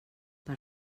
per